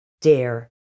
dare